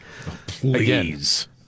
Please